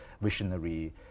visionary